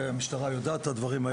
והמשטרה יודעת את הדברים האלה.